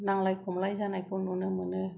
नांलाय खमलाय जानायखौ नुनो मोनो